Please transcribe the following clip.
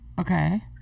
okay